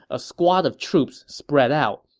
a squad of troops spread out.